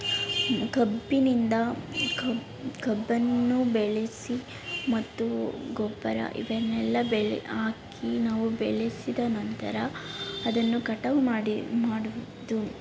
ಕಬ್ಬಿನಿಂದ ಕಬ್ಬು ಕಬ್ಬನ್ನು ಬೆಳೆಸಿ ಮತ್ತು ಗೊಬ್ಬರ ಇವನ್ನೆಲ್ಲ ಬೆಳೆ ಹಾಕಿ ನಾವು ಬೆಳೆಸಿದ ನಂತರ ಅದನ್ನು ಕಟಾವು ಮಾಡಿ ಮಾಡುವುದು